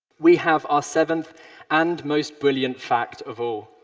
we have our seventh and most brilliant fact of all